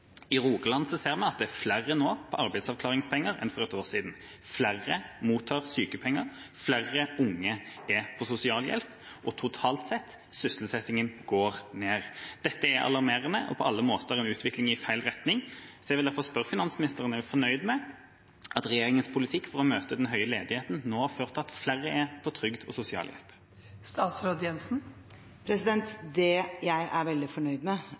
I Rogaland ser man at det nå er flere på arbeidsavklaringspenger enn for et år siden. Flere mottar sykepenger. Flere unge er på sosialhjelp. Totalt sett går sysselsettingen ned. Dette er alarmerende og på alle måter en utvikling i feil retning. Jeg vil derfor spørre finansministeren: Er hun fornøyd med at regjeringens politikk for å møte den høye ledigheten nå har ført til at flere er på trygd og sosialhjelp? Det jeg er veldig fornøyd med,